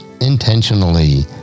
intentionally